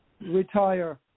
retire